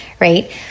Right